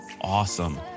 awesome